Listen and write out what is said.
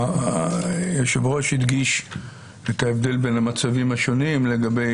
יושב הראש הדגיש את ההבדל בין המצבים השונים לגבי